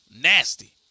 Nasty